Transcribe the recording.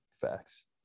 Facts